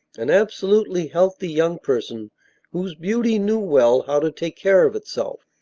an absolutely healthy young person whose beauty knew well how to take care of itself.